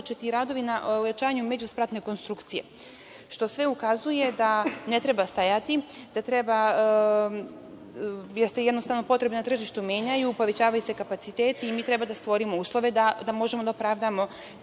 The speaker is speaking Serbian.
radovi na ojačanju međuspratne konstrukcije, što sve ukazuje da ne treba stajati, jer se potrebe na tržištu menjaju, povećavaju se kapaciteti i mi treba da stvorimo uslove da možemo da opravdamo